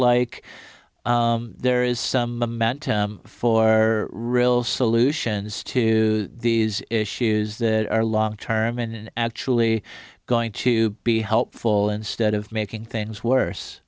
like there is some amount for real solutions to these issues that are long term and actually going to be helpful instead of making things worse